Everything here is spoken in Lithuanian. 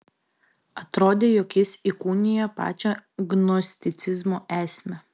atrodė jog jis įkūnija pačią gnosticizmo esmę